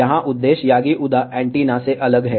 यहां उद्देश्य Yagi Uda antenna से अलग है